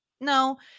no